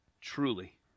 Truly